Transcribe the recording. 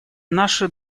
наши